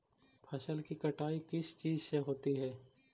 फसल की कटाई किस चीज से होती है?